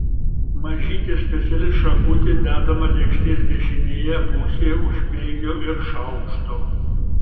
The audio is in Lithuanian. mažytė speciali šakutė dedama lėkštės dešinėje pusėje už peilio ir šaukšto